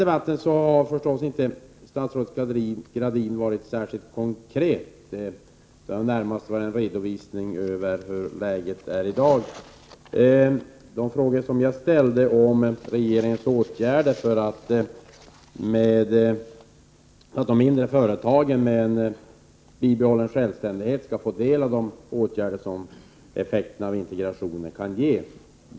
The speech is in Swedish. Statsrådet Anita Gradin har inte varit särskilt konkret i denna debatt. Hon har närmast givit en redovisning av hur läget är i dag. Gradin har inte särskilt mycket utvecklat de frågor som jag ställde angående vilka åtgärder som regeringen avser att vidta så att de mindre företagen med bibehållen självständighet skall få del av de effekter som en integration kan ge.